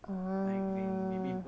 (uh huh)